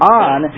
on